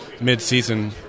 mid-season